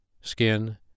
Skin